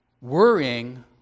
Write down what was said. worrying